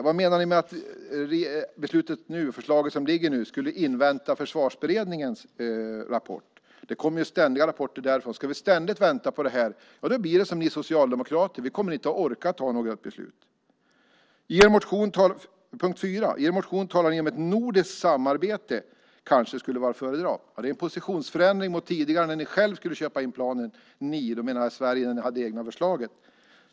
Vad menar ni med att regeringen, med det förslag som ligger nu, skulle invänta Försvarsberedningens rapport? Det kommer ju ständigt rapporter därifrån. Ska vi ständigt vänta på dem? Då blir det som för er socialdemokrater, att vi inte kommer att orka fatta något beslut. 4. I er motion talar ni om att ett nordiskt samarbete kanske skulle vara att föredra. Det är en positionsförändring mot tidigare, när ni själva skulle köpa in planen - med "ni" menar jag Sverige - och ni hade egna förslag.